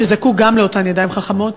שגם הוא זקוק לאותן ידיים חכמות,